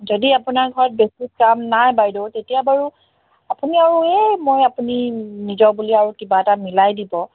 যদি আপোনাৰ ঘৰত বেছি কাম নাই বাইদেউ তেতিয়া বাৰু আপুনি আৰু এই মই আপুনি নিজৰ বুলি আৰু কিবা এটা মিলাই দিব